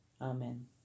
Amen